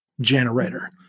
generator